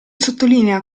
sottolinea